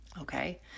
okay